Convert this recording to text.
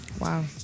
Wow